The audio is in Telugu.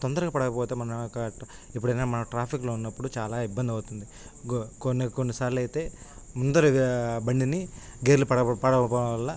తొందరగా పడకపోతే మనకు ఎప్పుడైనా మనం ట్రాఫిక్లో ఉన్నప్పుడు చాలా ఇబ్బంది అవుతుంది గొ కొన్ని కొన్ని సార్లు అయితే ముందర బండిని గేర్లు పడక పడకపోవడం వల్ల